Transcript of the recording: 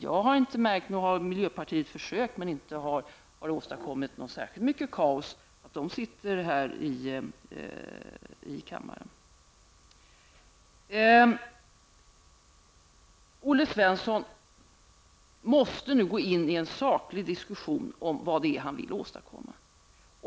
Jag har inte märkt något. Nog har väl miljöpartisterna försökt, men inte har det åstadkommit särskilt mycket kaos att de sitter här i kammaren. Olle Svensson måste nu gå in i en saklig diskussion om vad han vill åstadkomma.